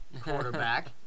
quarterback